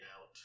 out